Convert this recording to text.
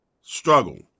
struggle